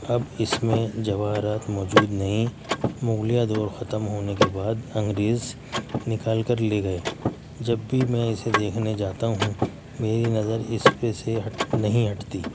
اب اس میں جواہرات موجود نہیں مغلیہ دور ختم ہونے کے بعد انگریز نکال کر لے گئے جب بھی میں اسے دیکھنے جاتا ہوں میری نظر اس پہ سے ہٹ نہیں ہٹتی